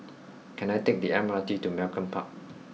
can I take the M R T to Malcolm Park